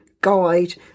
guide